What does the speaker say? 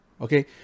Okay